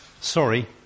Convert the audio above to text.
sorry